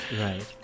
Right